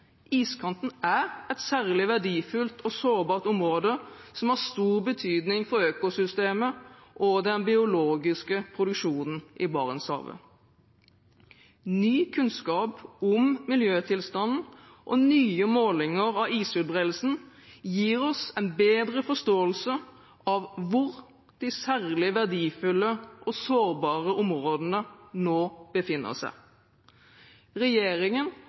Iskanten er et særlig verdifullt og sårbart område som har stor betydning for økosystemet og den biologiske produksjonen i Barentshavet. Ny kunnskap om miljøtilstanden og nye målinger av isutbredelsen gir oss en bedre forståelse av hvor de særlig verdifulle og sårbare områdene nå befinner seg. Regjeringen